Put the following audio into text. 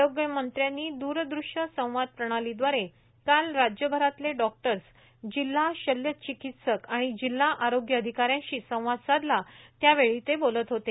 आरोग्यमंत्र्यांनी द्रदृष्य संवाद प्रणालीद्वारे काल राज्यभरातले डॉक्टर्स जिल्हा शल्यचिकित्सक आणि जिल्हा आरोग्य अधिकाऱ्यांशी संवाद साधला त्यावेळी ते बोलत होते